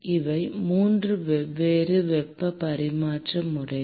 இவை 3 வெவ்வேறு வெப்ப பரிமாற்ற முறைகள்